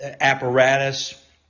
apparatus